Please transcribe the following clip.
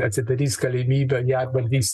atsidarys galimybė ją bandys